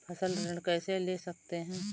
फसल ऋण कैसे ले सकते हैं?